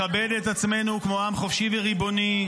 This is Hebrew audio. לכבד את עצמנו כמו עם חופשי וריבוני,